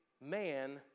man